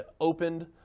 opened